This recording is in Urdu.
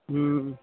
ہوں